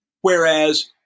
Whereas